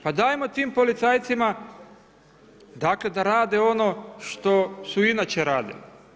Pa dajmo tim policajcima, dakle da rade ono što su inače radili.